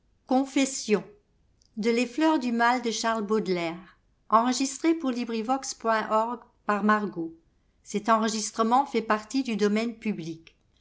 vo lontaire les fleurs du mal ne